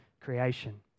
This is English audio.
creation